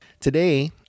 Today